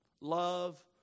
Love